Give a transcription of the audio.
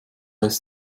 ist